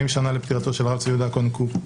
40 שנה לפטירתו של הרב צבי יהודה הכהן קוק,